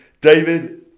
David